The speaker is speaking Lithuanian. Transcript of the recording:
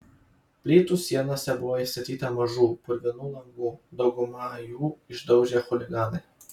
plytų sienose buvo įstatyta mažų purvinų langų daugumą jų išdaužė chuliganai